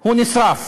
הוא נשרף.